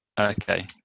Okay